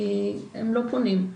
הם לא פונים.